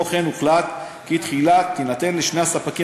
כמו כן הוחלט כי תחילה תינתן לשני הספקים